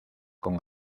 con